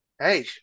Hey